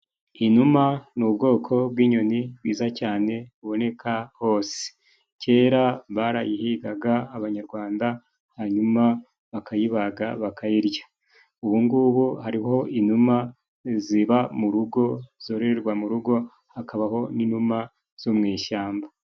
Inuma ni ubwoko bw'inyoni bwiza cyane buboneka hose. Kera barayihigaga Abanyarwanda hanyuma bakayibaga bakayirya. Ubu ngubu hariho inuma ziba mu rugo zorerwa mu rugo, hakabaho n'inuma zo mu ishyamba.